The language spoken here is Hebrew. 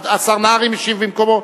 השר נהרי משיב במקומו?